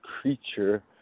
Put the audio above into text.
creature